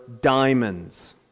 diamonds